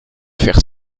faire